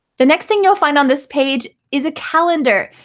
the next thing you'll find on this page is a calendar.